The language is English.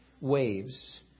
waves